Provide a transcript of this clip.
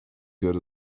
good